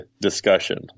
discussion